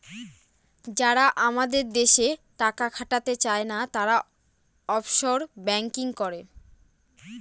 যারা আমাদের দেশে টাকা খাটাতে চায়না, তারা অফশোর ব্যাঙ্কিং করে